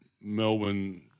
Melbourne